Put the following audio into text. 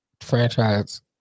franchise